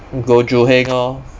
goh joo hin lor